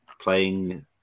playing